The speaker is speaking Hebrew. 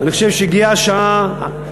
אני חושב שהגיעה השעה,